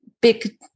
big